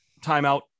timeout